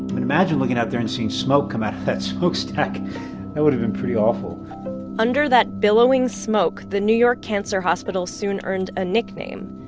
imagine looking out there and seeing smoke come out that smokestack that would have been pretty awful under that billowing smoke the new york cancer hospital soon earned a nickname,